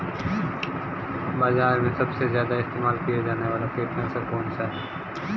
बाज़ार में सबसे ज़्यादा इस्तेमाल किया जाने वाला कीटनाशक कौनसा है?